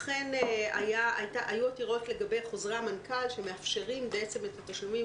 אכן היו עתירות לגבי חוזרי המנכ"ל שמאפשרים את התשלומים,